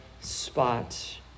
spot